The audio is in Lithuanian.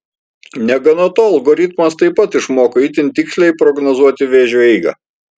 negana to algoritmas taip pat išmoko itin tiksliai prognozuoti vėžio eigą